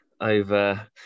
over